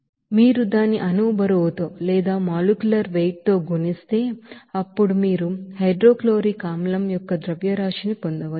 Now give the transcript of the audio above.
కాబట్టి మీరు దాని మోలెకులర్ వెయిట్అణు బరువుతో గుణిస్తే అప్పుడు మీరు హైడ్రోక్లోరిక్ ఆసిడ్ యొక్క మాస్ ని పొందవచ్చు